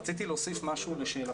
רציתי להוסיף משהו לשאלתך.